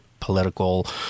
political